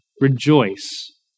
rejoice